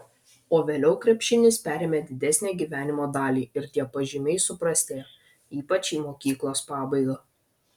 o vėliau krepšinis perėmė didesnę gyvenimo dalį ir tie pažymiai suprastėjo ypač į mokyklos pabaigą